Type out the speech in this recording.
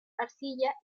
arcilla